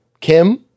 Kim